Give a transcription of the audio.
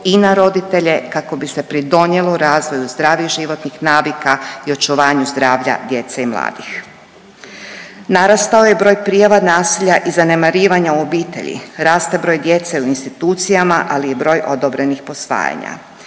i na roditelje kako bi se pridonijelo razvoju zdravih životnih navika i očuvanju zdravlja djece i mladih. Narastao je broj prijava nasilja i zanemarivanja u obitelji, raste broj djece u institucijama, ali i broj odobrenih posvajanja.